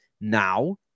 now